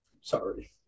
Sorry